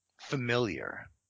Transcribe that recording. familiar